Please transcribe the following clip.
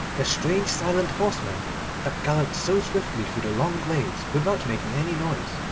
the strange silent horsemen that galloped so swiftly through the long glades without making any noise,